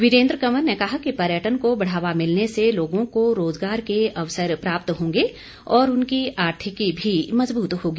वीरेंद्र कंवर ने कहा कि पर्यटन को बढ़ावा मिलने से लोगों को रोजगार के अवसर प्राप्त होंगे और उनकी आर्थिकी भी मजबूत होगी